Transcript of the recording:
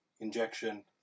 Injection